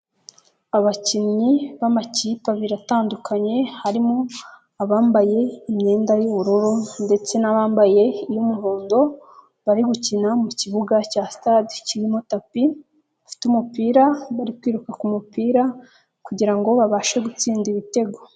Abakinnyi b'amakipe abiri atandukanye harimo abambaye imyenda y'ubururu ndetse n'abambaye iy'umuhondo bari gukina mu kibuga cya sitade kirimo tapi ufite umupira undi uri kwiruka ku mupira kugira ngo babashe gutsinda ibitego.